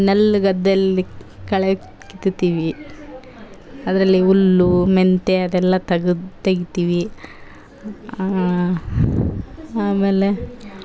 ನೆಲ ಗದ್ದೆಯಲ್ಲಿ ಕಳೆ ಕೀಳ್ತೀವಿ ಅದ್ರಲ್ಲಿ ಹುಲ್ಲು ಮೆಂತ್ಯ ಅದೆಲ್ಲ ತೆಗ್ದು ತೆಗಿತೀವಿ ಆಮೇಲೆ